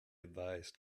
advised